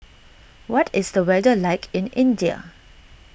what is the weather like in India